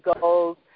goals